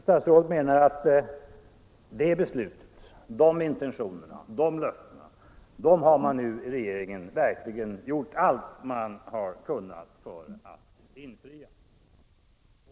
Statsrådet menar nu att de intentionerna, de löftena har man i regeringen verkligen gjort allt man kunnat för att infria.